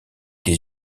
des